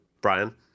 Brian